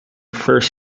first